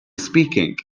speaking